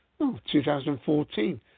2014